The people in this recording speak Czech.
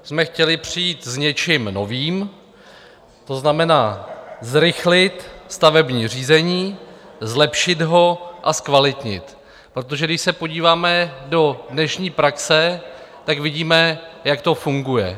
My jsme chtěli přijít s něčím novým, to znamená, zrychlit stavební řízení, zlepšit ho a zkvalitnit, protože když se podíváme do dnešní praxe, vidíme, jak to funguje.